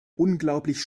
unglaubliche